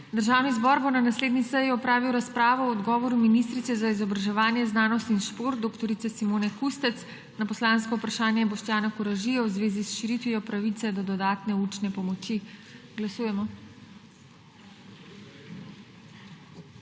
Državni zbor bo na naslednji seji opravil razpravo o odgovoru ministrice za izobraževanje, znanost in šport dr. Simone Kustec na poslansko vprašanje Boštjana Koražija v zvezi z širitvijo pravice do dodatne učne pomoči. Glasujemo.